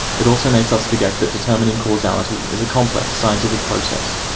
it also makes us forget that determining causality is a complex scientific process,